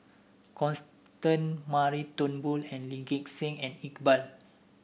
Constan Mary Turnbull Lee Gek Seng and Iqbal